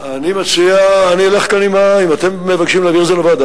אם אתם מבקשים להעביר את זה לוועדה,